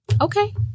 Okay